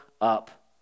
up